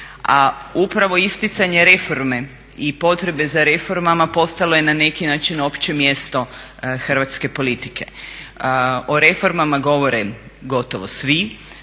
A upravo isticanje reforme i potrebe za reformama postalo je na neki način opće mjesto hrvatske politike. O reformama govore gotovo svi.